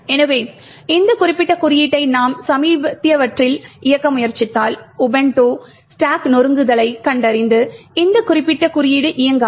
எனவே இந்த குறிப்பிட்ட குறியீட்டை நாம் சமீபத்தியவற்றில் இயக்க முயற்சித்தால் உபுண்டு ஸ்டாக் நொறுக்குதலைக் கண்டறிந்து இந்த குறிப்பிட்ட குறியீடு இயக்காது